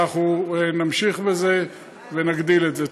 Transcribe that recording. אנחנו נמשיך בזה ונגדיל את זה.